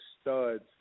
studs